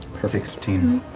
sixteen.